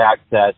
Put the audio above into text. access